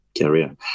career